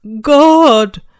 God